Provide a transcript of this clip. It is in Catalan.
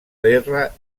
terra